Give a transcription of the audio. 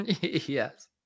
Yes